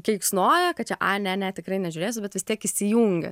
keiksnoja kad čia a ne ne tikrai nežiūrėsiu bet vis tiek įsijungia